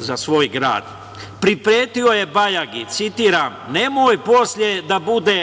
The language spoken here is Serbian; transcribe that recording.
za svoj grad. Pripretio je Bajagi, citiram: „Nemoj posle da bude